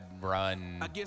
run